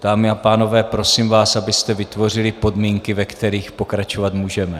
Dámy a pánové, prosím vás, abyste vytvořili podmínky, ve kterých pokračovat můžeme.